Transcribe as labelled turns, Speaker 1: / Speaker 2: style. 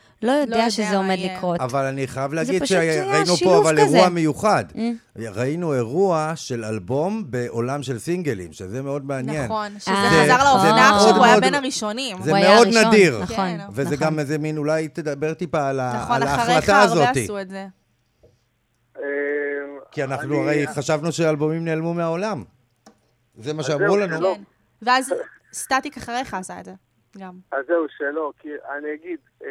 Speaker 1: לא יודע
Speaker 2: לא יודע
Speaker 1: שזה
Speaker 2: מה
Speaker 1: עומד
Speaker 2: יהיה.
Speaker 1: לקרות.
Speaker 3: אבל אני חייב
Speaker 1: זה
Speaker 3: להגיד
Speaker 1: פשוט,
Speaker 3: שראינו
Speaker 1: אה,
Speaker 3: פה
Speaker 1: שילוב
Speaker 3: אבל אירוע
Speaker 1: כזה.
Speaker 3: מיוחד.
Speaker 1: אה.
Speaker 3: ראינו אירוע של אלבום בעולם של סינגלים, שזה מאוד מעניין.
Speaker 2: נכון, שזה
Speaker 1: אה,
Speaker 2: חזר
Speaker 3: זה- זה
Speaker 2: לאופנה
Speaker 3: מאוד
Speaker 2: שהוא היה
Speaker 3: מאוד-
Speaker 2: בין הראשונים.
Speaker 3: זה
Speaker 1: הוא היה
Speaker 3: מאוד
Speaker 1: הראשון,
Speaker 3: נדיר.
Speaker 1: נכון,
Speaker 2: כן,
Speaker 3: וזה
Speaker 1: נכון.
Speaker 3: גם איזה מין, אולי תדבר טיפה על ה-
Speaker 2: נכון,
Speaker 3: על
Speaker 2: אחריך
Speaker 3: ההחלטה
Speaker 2: הרבה
Speaker 3: הזאת.
Speaker 2: עשו את זה.
Speaker 4: אה,
Speaker 3: כי אנחנו
Speaker 4: אני-
Speaker 3: הרי חשבנו שהאלבומים נעלמו מהעולם. זה מה
Speaker 4: אז
Speaker 3: שאמרו
Speaker 4: זהו,
Speaker 3: לנו.
Speaker 4: שלא.
Speaker 2: כן. ואז סטטיק אחריך עשה את זה, גם.
Speaker 4: אז זהו, שלא, כי אני אגיד,